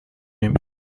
نمی